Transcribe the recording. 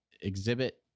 exhibit